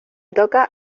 toca